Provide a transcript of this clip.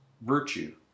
virtue